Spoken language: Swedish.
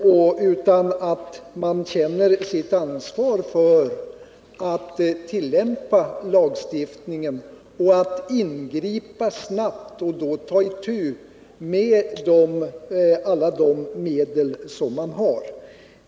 Myndigheterna måste känna sitt ansvar för lagstiftningens tillämpning och vara beredda att ingripa snabbt med alla de medel som står till buds.